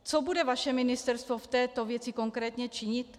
Co bude vaše ministerstvo v této věci konkrétně činit?